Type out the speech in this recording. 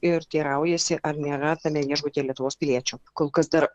ir teiraujasi ar nėra tame viešbutyje lietuvos piliečių kol kas dar